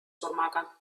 surmaga